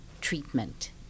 treatment